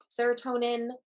Serotonin